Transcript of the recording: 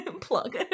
Plug